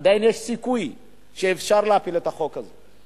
עדיין יש סיכוי שאפשר להפיל את החוק הזה.